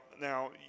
now